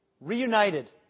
reunited